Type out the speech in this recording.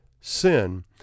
sin